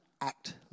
act